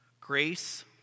Grace